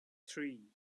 three